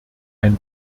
ein